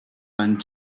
and